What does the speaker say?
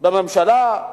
בממשלה השבוע,